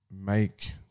make